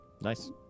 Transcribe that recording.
Nice